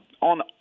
On